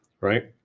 right